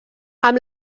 amb